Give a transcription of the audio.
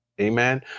Amen